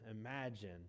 imagine